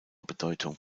bedeutung